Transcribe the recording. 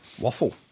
waffle